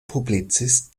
publizist